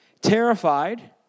terrified